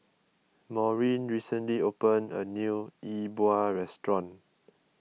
Maurine recently opened a new E Bua restaurant